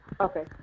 Okay